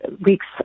weeks